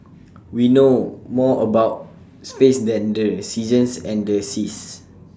we know more about space than the seasons and the seas